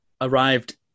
arrived